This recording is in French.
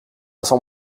sans